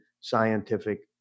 scientific